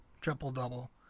triple-double